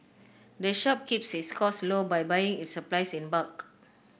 the shop keeps its costs low by buying its supplies in bulk